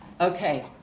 Okay